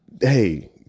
hey